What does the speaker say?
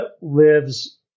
lives